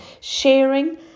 Sharing